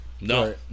no